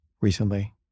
recently